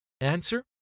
Answer